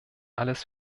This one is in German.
alles